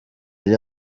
yari